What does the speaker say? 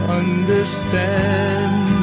understand